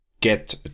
get